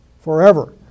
forever